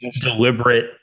deliberate